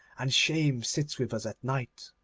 and shame sits with us at night.